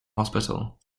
hospital